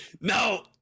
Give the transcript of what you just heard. No